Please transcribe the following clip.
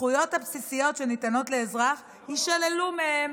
הזכויות הבסיסיות שניתנות לאזרח יישללו מהם.